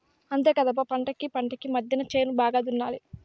అంతేకాదప్ప పంటకీ పంటకీ మద్దెన చేను బాగా దున్నాలి